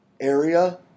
area